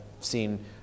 seen